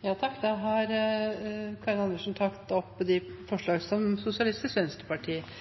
Da har representanten Karin Andersen tatt opp de forslagene som